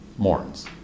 Mourns